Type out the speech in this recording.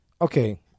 okay